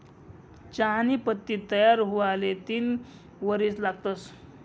चहानी पत्ती तयार हुवाले तीन वरीस लागतंस